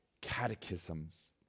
catechisms